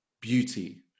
beauty